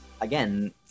again